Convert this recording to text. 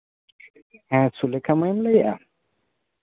ᱦᱮᱸ ᱥᱩᱞᱮᱠᱷᱟ ᱢᱟᱹᱭᱮᱢ ᱞᱟᱹᱭᱮᱜᱼᱟ